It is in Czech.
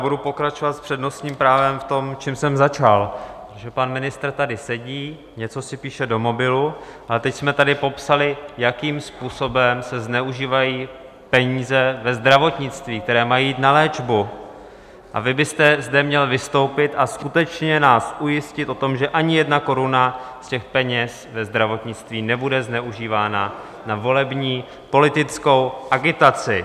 Budu pokračovat s přednostním právem v tom, v čem jsem začal, že pan ministr tady sedí, něco si píše do mobilu, ale teď jsme tady popsali, jakým způsobem se zneužívají peníze ve zdravotnictví, které mají jít na léčbu, a vy byste zde měl vystoupit a skutečně nás ujistit o tom, že ani jedna koruna z těch peněz ze zdravotnictví nebude zneužívána na volební politickou agitaci.